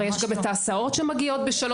הרי יש גם את ההסעות שמגיעות ב-15:30.